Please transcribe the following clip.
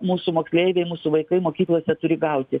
mūsų moksleiviai mūsų vaikai mokyklose turi gauti